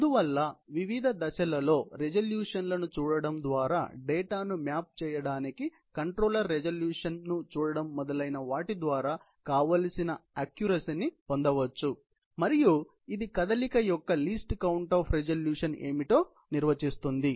అందువల్ల వివిధ దశలలో రిజల్యూషన్లను చూడటం ద్వారా డేటాను మ్యాప్ చేయడానికి కంట్రోలర్ రిజల్యూషన్ను చూడటం మొదలైన వాటి ద్వారా కావలిసిన అక్క్యురసీ ని పొందవచ్చు మరియు ఇది కదలిక యొక్క లీస్ట్ కౌంట్ ఆప్ రిజల్యూషన్ ఏమిటో నిర్వచిస్తుంది